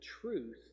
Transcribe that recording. truth